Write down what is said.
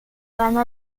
ganó